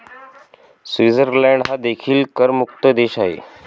Switzerland हा देखील करमुक्त देश आहे